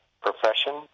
profession